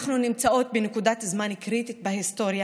אנחנו נמצאות בנקודת זמן קריטית בהיסטוריה